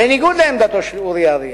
בניגוד לעמדתו של אורי אריאל,